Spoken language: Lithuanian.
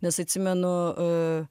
nes atsimenu